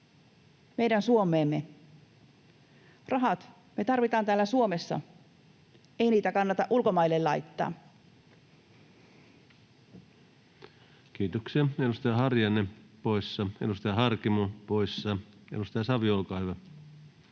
meidän Suomeemme. Rahat me tarvitaan täällä Suomessa. Ei niitä kannata ulkomaille laittaa. Kiitoksia. — Edustaja Harjanne poissa, edustaja Harkimo poissa. — Edustaja Savio, olkaa hyvä.